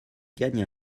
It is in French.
gagne